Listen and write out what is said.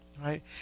right